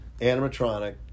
animatronic